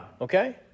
Okay